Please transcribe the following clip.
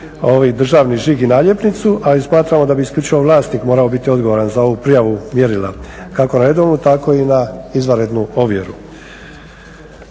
ovaj državni žig i naljepnicu a i smatramo da bi isključivo vlasnik morao biti odgovoran za ovu prijavu mjerila kako redovnu tako i na izvanrednu ovjeru.